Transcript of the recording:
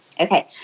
okay